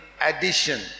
addition